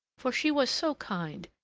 for she was so kind!